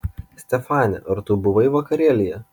stefane ar tu buvai vakarėlyje